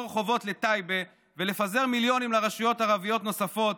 חובות לטייבה ולפזר מיליונים לרשויות ערביות נוספות,